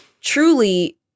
truly